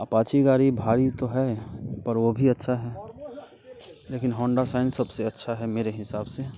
Apache गाड़ी भारी तो है पर वो भी अच्छा है लेकिन होंडा साइन सबसे अच्छा है मेरे हिसाब से